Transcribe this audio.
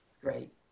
Great